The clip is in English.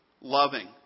loving